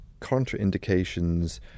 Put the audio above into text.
contraindications